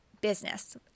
business